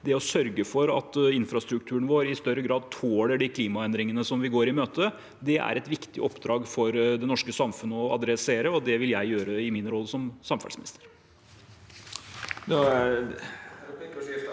ved å sørge for at infrastrukturen vår i større grad tåler de klimaendringene som vi går i møte. Det er et viktig oppdrag for det norske samfunn å ta tak i, og det vil jeg gjøre i min rolle som samferdselsminister.